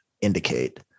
indicate